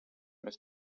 mēs